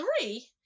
three